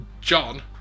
John